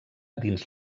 dins